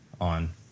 on